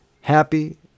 happy